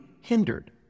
hindered